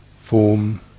form